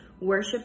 Worship